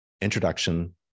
Introduction